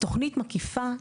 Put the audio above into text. תוכנית מקיפה,